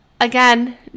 Again